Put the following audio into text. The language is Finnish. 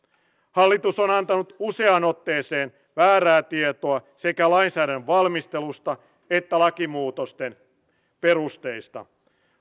hallitus on antanut useaan otteeseen väärää tietoa sekä lainsäädännön valmistelusta että lakimuutosten perusteista